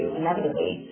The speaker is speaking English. inevitably